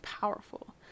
powerful